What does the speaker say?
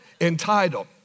Entitled